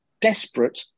desperate